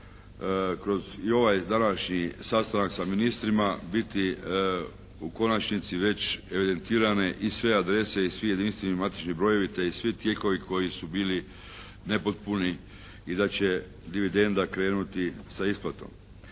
kroz i ovaj današnji sastanak sa ministrima biti u konačnici već evidentirane i sve adrese i svi jedinstveni matični brojevi te i svi tijekovi koji su bili nepotpuni i da će dividenda krenuti sa isplatom.